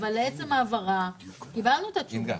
אבל לעצם ההעברה קיבלנו את התשובה.